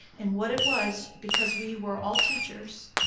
and what it was, because we were all teachers.